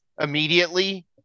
immediately